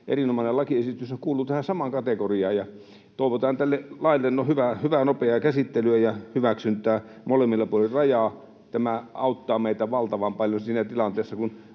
erinomainen lakiesityshän kuuluu tähän samaan kategoriaan. Toivotaan tälle laille hyvää, nopeaa käsittelyä ja hyväksyntää molemmilla puolin rajaa. Tämä auttaa meitä valtavan paljon siinä tilanteessa.